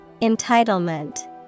Entitlement